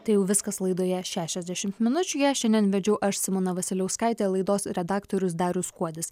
tai viskas laidoje šešiasdešimt minučių ją šiandien vedžiau aš simona vasiliauskaitė laidos redaktorius darius kuodis